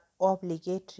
obligatory